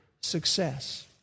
success